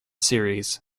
series